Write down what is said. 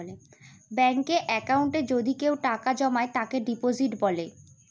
ব্যাঙ্কে একাউন্টে যদি কেউ টাকা জমায় তাকে ডিপোজিট বলে